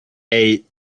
eight